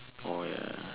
oh ya ya ya